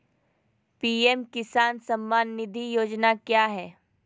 PM Kisan Samman Nidhi योजना क्या है?